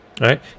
right